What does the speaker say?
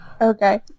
okay